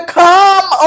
come